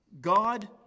God